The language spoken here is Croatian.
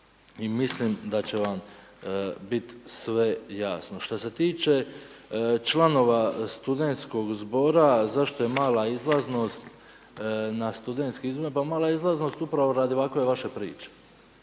mislim da će vam biti sve jasno. Što se tiče članova studentskog zbora zašto je mala izlaznost na studentskim izborima, pa mala izlaznost je upravo radi ovakve vaše priče.